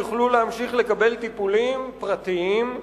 יוכלו להמשיך לקבל טיפולים פרטיים,